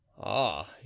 Ah